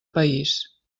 país